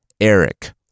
Eric